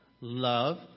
love